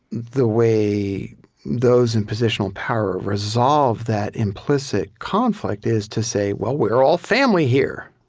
the way those in positional power resolve that implicit conflict is to say, well, we're all family here.